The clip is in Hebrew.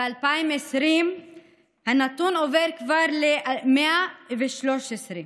ב-2020 הנתון מגיע כבר ל-113,